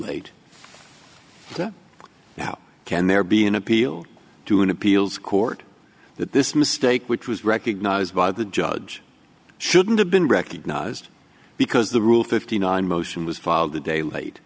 late how can there be an appeal to an appeals court that this mistake which was recognized by the judge shouldn't have been recognized because the rule fifty nine motion was filed a day